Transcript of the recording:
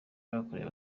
bakorera